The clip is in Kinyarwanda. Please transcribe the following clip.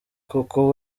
kuko